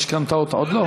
במשכנתאות עוד לא?